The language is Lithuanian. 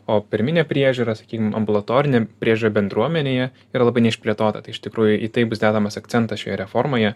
o pirminė priežiūra sakykim ambulatorinė priežiūra bendruomenėje yra labai neišplėtota tai iš tikrųjų į tai bus dedamas akcentas šioje reformoje